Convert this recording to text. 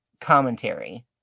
commentary